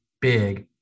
big